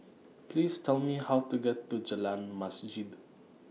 Please Tell Me How to get to Jalan Masjid